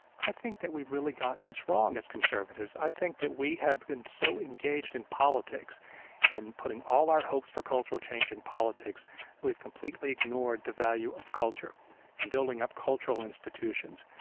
i think that we've really gotten this wrong as conservatives. i think that we have been so engaged in politics in putting all our hopes for cultural change in politics that we've completely ignored the value of culture and building up cultural institutions.